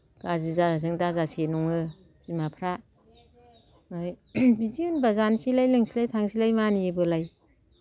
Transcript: गाज्रि दाजाथों दाजासि नङो बिमाफ्रा ओमफाय बिदि होनबा जानोसैलाय लोंनोसैलाय थांसैलाय मानियोबोलाय